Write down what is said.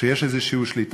שיש איזו שליטה,